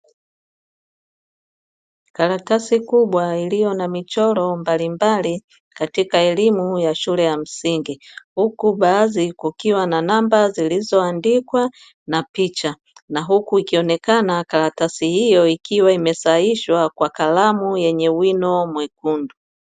Karatasi kubwa iliyo na michoro mbalimbali katika elimu ya shule ya msingi, huku baadhi kukiwa na namba zilizoandikwa na picha, na huku ikionekana karatasi hiyo ikiwa imesahihishwa kwa kalamu yenye wino mwekundu.